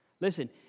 Listen